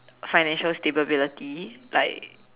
financial stability like